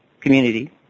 community